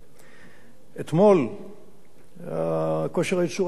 אתמול כושר הייצור עלה ל-11,850,